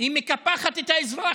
היא מקפחת את האזרח.